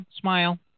smile